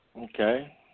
Okay